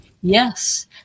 Yes